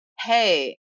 hey